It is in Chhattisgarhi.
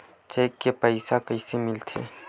चेक ले पईसा कइसे मिलथे?